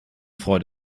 freude